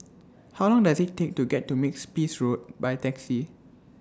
How Long Does IT Take to get to Makes Peace Road By Taxi